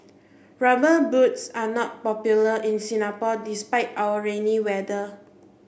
rubber boots are not popular in Singapore despite our rainy weather